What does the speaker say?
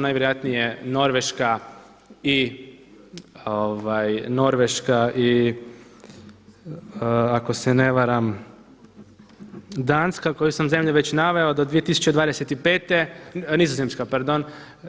Najvjerojatnije Norveška i ako se ne varam Danska koje sam zemlje već naveo do 2025., Nizozemska pardon